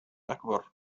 أكبر